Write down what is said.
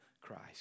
Christ